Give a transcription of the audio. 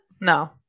No